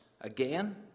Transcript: Again